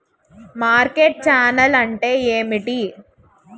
Market channel అంటే ఏమిటి?